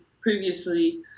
previously